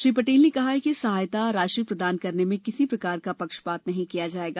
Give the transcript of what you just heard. श्री पटेल ने कहा कि सहायता राशि प्रदान करने में किसी प्रकार का पक्षपात नहीं किया जायेगा